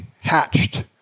hatched